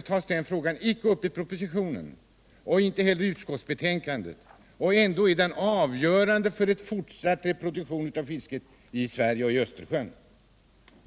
tas den frågan icke upp i propositionen och inte heller i utskottsbetänkandet? Den är ju ändå avgörande för en fortsatt reproduktion av fisk i Östersjön.